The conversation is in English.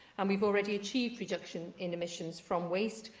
and we've already achieved reduction in emissions from waste,